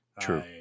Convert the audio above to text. True